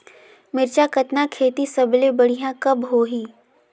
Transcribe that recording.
मिरचा कतना खेती सबले बढ़िया कब होही?